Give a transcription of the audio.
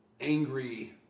angry